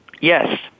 Yes